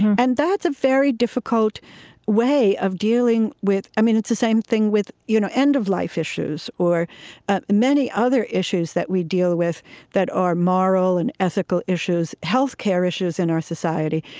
and that's a very difficult way of dealing with it's the same thing with you know end-of-life issues or many other issues that we deal with that are moral and ethical issues, health care issues in our society.